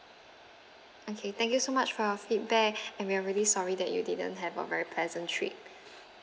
okay thank so much for your feedback and we're really sorry that you didn't have a very pleasant trip